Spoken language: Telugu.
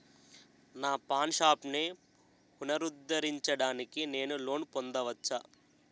నా పాన్ షాప్ని పునరుద్ధరించడానికి నేను లోన్ పొందవచ్చా?